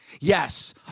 Yes